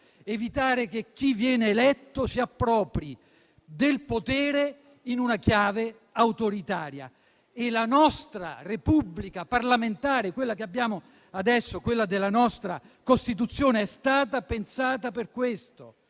evitare che chi viene eletto si appropri del potere in una chiave autoritaria. La nostra Repubblica parlamentare, quella che abbiamo adesso, quella della nostra Costituzione, è stata pensata per questo